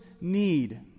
need